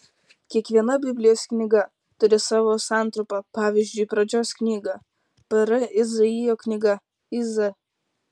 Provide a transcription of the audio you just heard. kiekviena biblijos knyga turi savo santrumpą pavyzdžiui pradžios knyga pr izaijo knyga iz